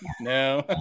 no